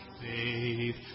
faith